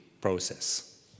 process